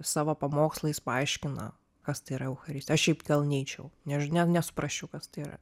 savo pamokslais paaiškina kas tai yra eucharisti aš šiaip gal neičiau neži nesuprasčiau kas tai yra